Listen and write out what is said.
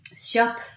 shop